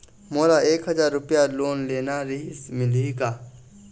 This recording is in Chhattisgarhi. मोला एक हजार रुपया लोन लेना रीहिस, मिलही का?